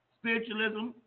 spiritualism